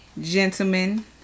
gentlemen